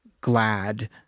glad